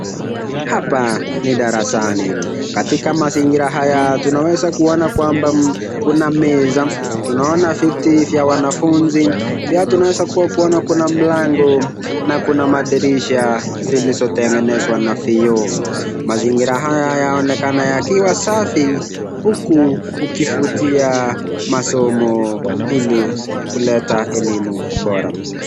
Hapa ni darasani. Katika mazingira haya tunaweza kuona kwamba kuna meza. Tunaona viti vya wanafunzi. Pia tunaweza kuwa kuona kuna mlango na kuna madirisha zilizotengenezwa na vioo. Mazingira haya yanaonekana yakiwa safi huku ukivutia masomo ili kuleta elimu bora.